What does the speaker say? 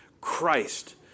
Christ